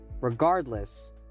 Regardless